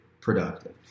productive